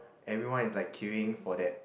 everyone is like queuing for that